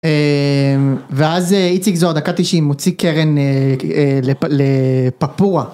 ואז הציג זוהר דקה 90 מוציא קרן לפאפורה.